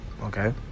okay